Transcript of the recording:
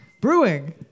Brewing